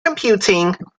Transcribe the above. computing